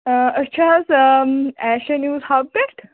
أسۍ چھِ حظ ایشا نِوٕز حب پٮ۪ٹھ